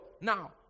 Now